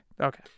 Okay